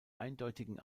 eindeutigen